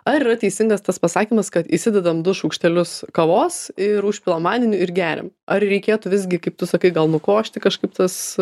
ar yra teisingas tas pasakymas kad įsidedam du šaukštelius kavos ir užpilam vandeniu ir geriam ar reikėtų visgi kaip tu sakai gal nukošti kažkaip tas